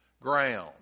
ground